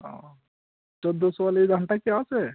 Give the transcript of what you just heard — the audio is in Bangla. ও চৌদ্দ চুয়াল্লিশ ধানটা কি আছে